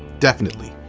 definitely.